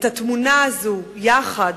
את התמונה הזאת יחד,